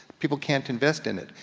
people can't invest in it.